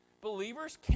Believers